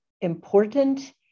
important